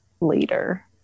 later